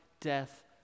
death